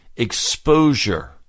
exposure